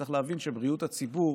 צריך להבין שבריאות הציבור